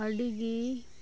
ᱟᱹᱰᱤ ᱜᱮ